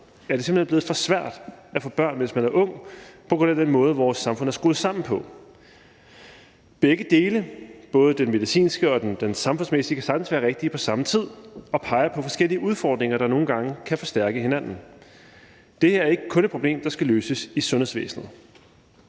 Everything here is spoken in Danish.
Er det simpelt hen blevet for svært at få børn, hvis man er ung, på grund af den måde, vores samfund er skruet sammen på? Begge dele, både den medicinske og den samfundsmæssige grund, kan sagtens være rigtige på samme tid og peger på forskellige udfordringer, der nogle gange kan forstærke hinanden. Det her er ikke kun et problem, der skal løses i sundhedsvæsenet,